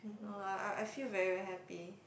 orh I I I feel very very happy